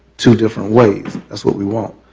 to different ways, that's what we want.